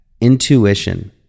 intuition